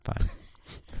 fine